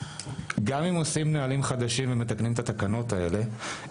גם אם עושים נהלים חדשים ומתקנים את התקנות האלה,